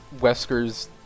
Wesker's